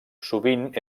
sovint